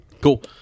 Cool